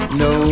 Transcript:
no